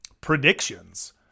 predictions